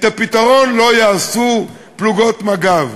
את הפתרון לא יעשו פלוגות מג"ב.